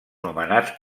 nomenats